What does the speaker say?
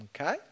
Okay